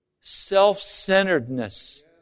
self-centeredness